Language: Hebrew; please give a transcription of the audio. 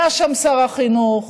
היה שם שר החינוך